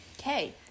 Okay